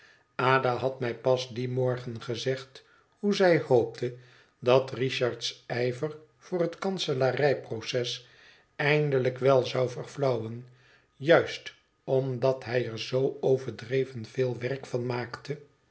ada had mij pas dien morgen gezegd hoe zij hoopte dat richard's yver voor het kanselarij proces eindelijk wel zou verflauwen juist omdat hij er zoo overdreven veel werk van maakte